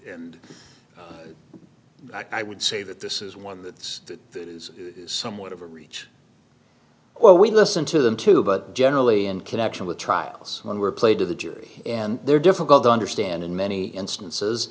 and i would say that this is one that this is somewhat of a reach while we listen to them too but generally in connection with trials when we're played to the jury and they're difficult to understand in many instances